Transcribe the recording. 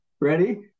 Ready